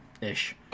ish